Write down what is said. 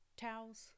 towels